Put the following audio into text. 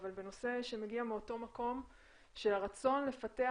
אבל בנושא שמגיע מאותו מקום של הרצון לפתח